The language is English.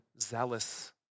zealous